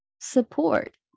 support